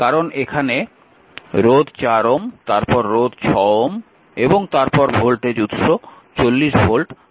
কারণ এখানে রোধ 4 Ω তারপর রোধ 6 Ω এবং তারপর ভোল্টেজ উৎস 40 ভোল্ট সবই সিরিজে রয়েছে